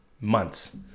months